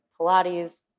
Pilates